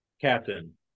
Captain